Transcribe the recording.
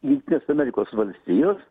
jungtinės amerikos valstijos